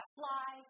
fly